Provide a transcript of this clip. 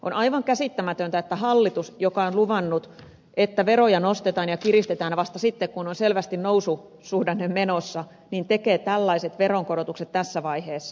on aivan käsittämätöntä että hallitus joka on luvannut että veroja nostetaan ja kiristetään vasta sitten kun on selvästi noususuhdanne menossa tekee tällaiset veronkorotukset tässä vaiheessa